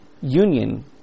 union